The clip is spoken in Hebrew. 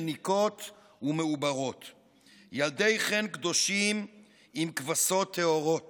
מניקות ומעוברות / ילדי חן קדושים עם כבשות טהורות /